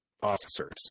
officers